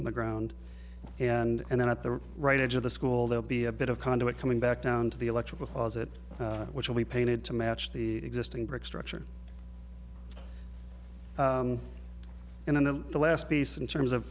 from the ground and then at the right edge of the school they'll be a bit of conduit coming back down to the electrical closet which will be painted to match the existing brick structure in the last piece in terms of